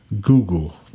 Google